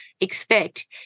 expect